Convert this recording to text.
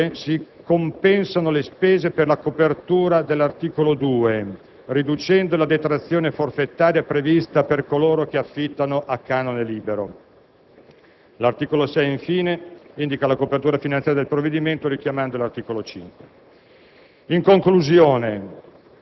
Con l'articolo 5 si compensano le spese per la copertura dell'articolo 2, riducendo la detrazione forfetaria prevista per coloro che affittano a canone libero. L'articolo 6, infine, indica la copertura finanziaria del provvedimento richiamando l'articolo 5.